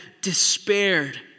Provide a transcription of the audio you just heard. despaired